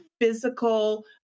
physical